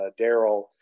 Daryl